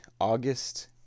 August